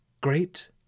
Great